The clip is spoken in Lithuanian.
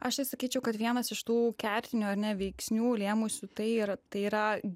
aš čia sakyčiau kad vienas iš tų kertinių ar ne veiksnių lėmusių tai yra tai yra